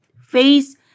Face